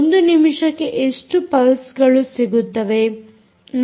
ಒಂದು ನಿಮಿಷಕ್ಕೆ ಎಷ್ಟು ಪಲ್ಸ್ಗಳು ಸಿಗುತ್ತವೆ